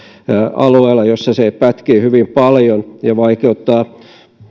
alueella missä se pätkii hyvin paljon ja vaikeuttaa